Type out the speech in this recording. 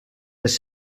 les